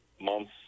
months